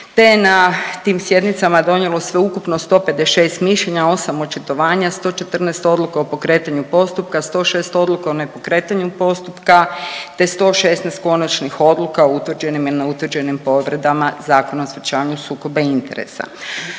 je na tim sjednicama donijelo sveukupno 156 mišljenja, 8 očitovanja, 114 odluka o pokretanju postupka, 106 odluka o nepokretanju postupka te 116 konačnih odluka o utvrđenim i neutvrđenim povredama Zakona o sprječavanju sukoba interesa.